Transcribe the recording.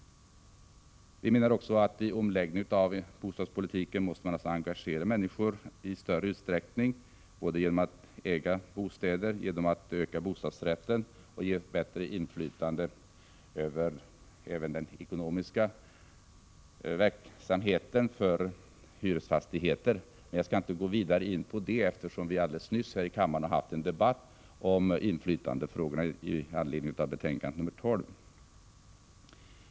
Enligt vår uppfattning måste människor engageras i större utsträckning vid en omläggning av bostadspolitiken, både genom att de kan äga sin bostad, genom att antalet bostadsrätter ökar och genom att de får ett inflytande även över den ekonomiska verksamheten i hyresfastigheter. Jag skall dock inte gå vidare in på detta, eftersom vi alldeles nyligen här i kammaren har haft en debatt om inflytandefrågorna i anledning av bostadsutskottets betänkande 12.